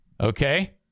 Okay